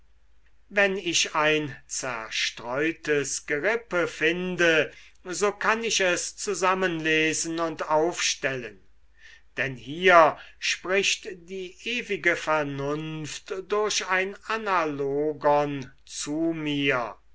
wenn ich ein zerstreutes gerippe finde so kann ich es zusammenlesen und aufstellen denn hier spricht die ewige vernunft durch ein analogon zu mir